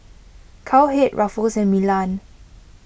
Cowhead Ruffles and Milan